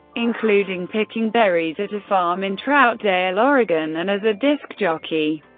including picking berries at a farm in troutdale, oregon, and as a disc jockey.